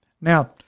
now